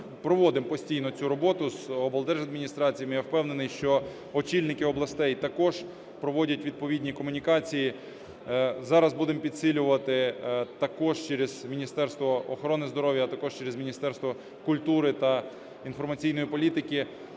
Проводимо постійно цю роботу з облдержадміністраціями. Я впевнений, що очільники областей також проводять відповідні комунікації. Зараз будемо підсилювати також через Міністерство охорони здоров'я, а також через Міністерство культури та інформаційної політики,